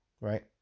right